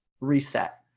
reset